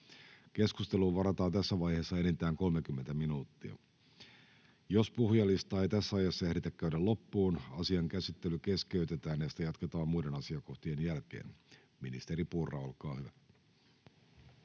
Keskusteluun varataan tässä vaiheessa enintään 30 minuuttia. Jos puhujalistaa ei tässä ajassa ehditä käydä loppuun, asian käsittely keskeytetään ja sitä jatketaan muiden asiakohtien jälkeen. — Ministeri Purra, olkaa hyvä.